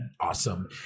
Awesome